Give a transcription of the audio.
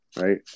right